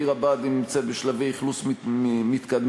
עיר הבה"דים נמצאת בשלבי אכלוס מתקדמים,